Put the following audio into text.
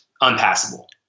unpassable